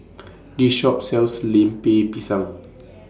This Shop sells Lemper Pisang